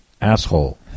asshole